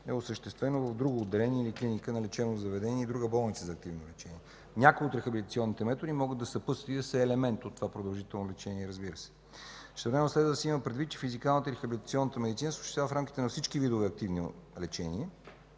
е осъществено в друго отделение или клика на лечебно заведение или друга болница за активно лечение. Някои от рехабилитационните методи могат да съпътстват и са елемент от това продължително лечение, разбира се. Същевременно следва да се има предвид, че физикалната и рехабилитационна медицина се осъществяват в рамките на всички видове активно лечение.